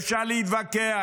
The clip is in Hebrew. אפשר להתווכח,